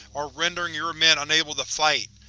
are rendering your men unable to fight!